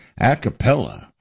Acapella